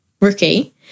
rookie